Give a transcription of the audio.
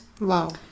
Wow